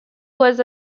was